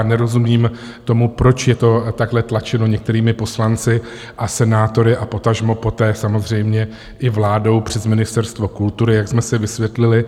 Nerozumím tomu, proč je to takhle tlačeno některými poslanci a senátory a potažmo poté samozřejmě i vládou přes Ministerstvo kultury, jak jsme si vysvětlili.